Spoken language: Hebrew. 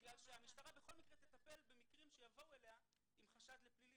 בגלל שהמשטרה בכל מקרה תטפל במקרים שיבואו אליה עם חשד לפלילים.